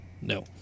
no